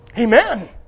Amen